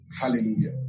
Hallelujah